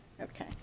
Okay